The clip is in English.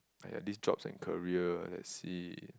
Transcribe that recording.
like at this jobs and career let see